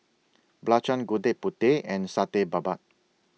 Belacan Gudeg Putih and Satay Babat